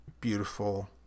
beautiful